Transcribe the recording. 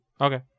Okay